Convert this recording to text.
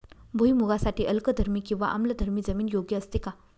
भुईमूगासाठी अल्कधर्मी किंवा आम्लधर्मी जमीन योग्य असते का?